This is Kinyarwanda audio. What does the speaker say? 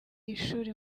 y’ishuri